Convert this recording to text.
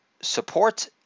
support